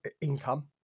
income